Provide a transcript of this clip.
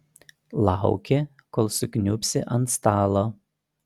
lauki kol sukniubsi ant stalo